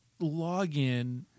login